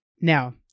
Now